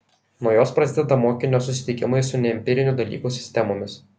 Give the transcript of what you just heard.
nuo jos prasideda mokinio susitikimai su neempirinių dalykų sistemomis